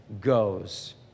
goes